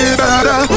better